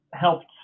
Helped